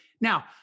Now